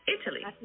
Italy